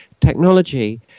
technology